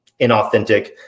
inauthentic